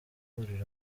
guhurira